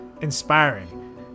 inspiring